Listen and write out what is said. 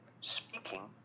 Speaking